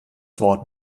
wort